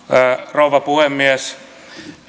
rouva puhemies